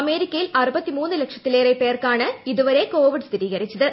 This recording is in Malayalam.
അമേരിക്കയിൽ ലക്ഷത്തിലേറെ പേർക്കാണ് ഇതുവരെ കോവിഡ് സ്ഥിരീകരിച്ചത്